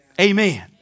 Amen